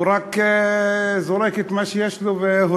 הוא רק זורק את מה שיש לו והולך?